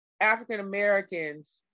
African-Americans